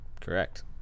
Correct